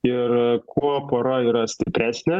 ir kuo pora yra stipresnė na